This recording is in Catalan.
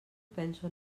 penso